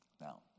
Now